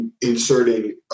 inserting